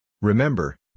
Remember